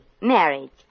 marriage